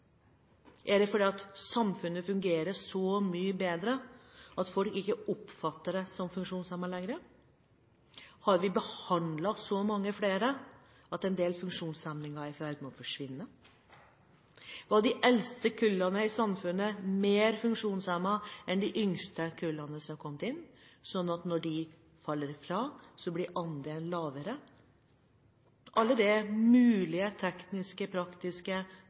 Er det fordi samfunnet fungerer så mye bedre at folk ikke oppfatter det som funksjonshemning lenger? Har vi behandlet så mange flere at en del funksjonshemninger er i ferd med å forsvinne? Var de eldste kullene i samfunnet mer funksjonshemmede enn de yngste kullene som har kommet inn, sånn at når de faller fra, blir andelen lavere? Alle mulige tekniske, praktiske